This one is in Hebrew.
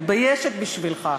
מתביישת בשבילך.